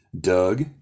Doug